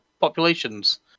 populations